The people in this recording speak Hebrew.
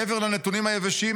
מעבר לנתונים היבשים,